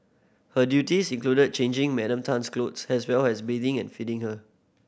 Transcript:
her duties included changing Madam Tan's clothes as well as bathing and feeding her